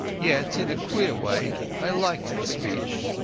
yet in a queer way i liked the speech.